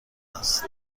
است